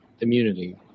immunity